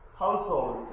household